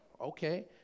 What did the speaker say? Okay